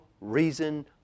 reason